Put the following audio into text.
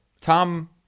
Tom